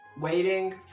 waiting